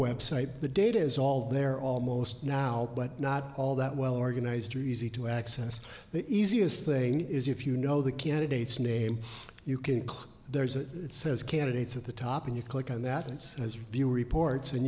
website the data is all there almost now but not all that well organized or easy to access the easiest thing is if you know the candidate's name you can click there's a it says candidates at the top and you click on that it's as the reports and